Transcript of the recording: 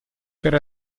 per